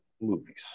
movies